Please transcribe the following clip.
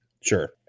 Sure